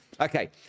Okay